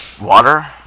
water